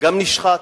וגם נשחט.